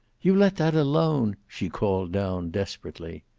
you let that alone, she called down desperately.